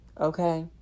Okay